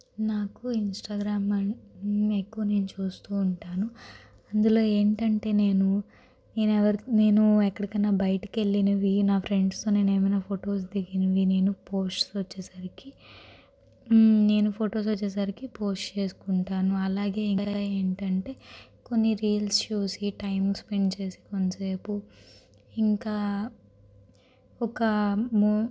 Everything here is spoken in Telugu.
నాకు ఇన్స్టాగ్రామ్ అని నేను ఎక్కువ నేను చూస్తూ ఉంటాను అందులో ఏంటంటే నేను నేను ఎవరికీ ఎక్కడికైనా బయటికి వెళ్ళినవి నా ఫ్రెండ్స్తో నేను ఏమైనా ఫొటోస్ దిగినవి నేను పోస్ట్ వచ్చేసరికి నేను ఫొటోస్ వచ్చేసరికి పోస్ట్ చేసుకుంటాను అలాగే ఇంకా ఏంటంటే కొన్ని రీల్స్ చూసి టైం స్పెండ్ చేస్తాను కొద్దిసేపు ఇంకా ఒక ము